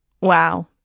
Wow